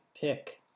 pick